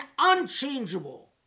unchangeable